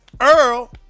earl